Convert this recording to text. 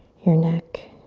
your neck.